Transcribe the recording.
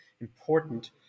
important